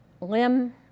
limb